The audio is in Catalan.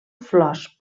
flors